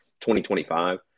2025